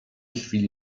chwili